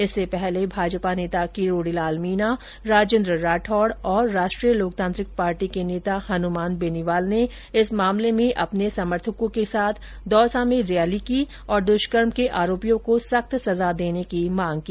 इससे पहले भाजपा नेता किरोड़ीलाल मीना राजेन्द्र राठौड़ और राष्ट्रीय लोकतांत्रिक पार्टी के नेता हनुमान बेनीवाल ने इस मामले में अपने समर्थकों के साथ दौसा में रैली की और दुष्कर्म के आरोपियों को सख्त सजा देने की मांग की